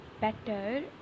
better